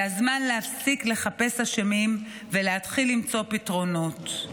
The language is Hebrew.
זה הזמן להפסיק לחפש אשמים ולהתחיל למצוא פתרונות.